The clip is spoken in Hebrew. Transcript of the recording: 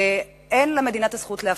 אין למדינה זכות להפריט.